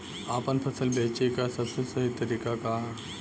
आपन फसल बेचे क सबसे सही तरीका का ह?